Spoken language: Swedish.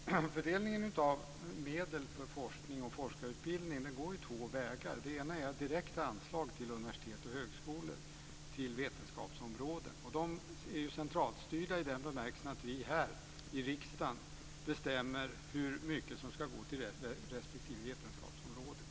Fru talman! Fördelningen av medel för forskning och forskarutbildning går två vägar. Det ena är direkta anslag till universitet och högskolor till vetenskapsområden. De är centralstyrda i den bemärkelsen att vi här i riksdagen bestämmer hur mycket som ska gå till respektive vetenskapsområde.